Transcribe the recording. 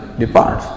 depart